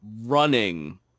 running